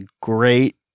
great